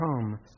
come